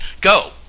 go